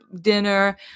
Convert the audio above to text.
dinner